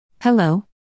Hello